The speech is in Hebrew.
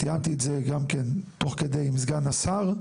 תיאמתי את זה גם כן תוך כדי עם סגן השר,